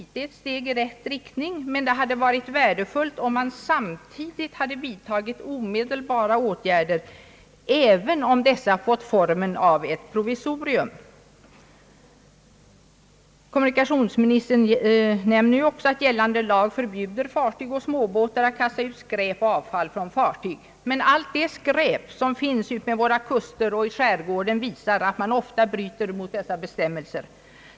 Det är ett steg i rätt riktning, men det hade varit värdefullt om man samtidigt hade vidtagit omedelbara åtgärder, även om dessa fått formen av ett provisorium. Kommunikationsministern framhåller också att gällande lag förbjuder fartyg och småbåtar att kasta ut skräp och avfall. Men allt det skräp som finns utmed våra kuster och i skärgården visar att man ofta bryter mot dessa bestämmelser.